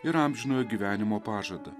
ir amžinojo gyvenimo pažadą